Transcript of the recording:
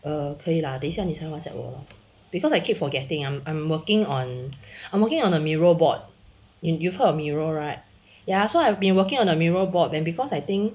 err 可以啦等一下你才 WhatsApp 我 lor because I keep forgetting I'm I'm working on I'm working on a mirror bot you heard of mirror right ya so I've been working on a mirror bot and because I think